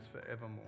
forevermore